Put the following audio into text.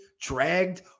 dragged